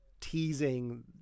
teasing